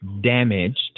damaged